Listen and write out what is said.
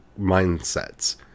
mindsets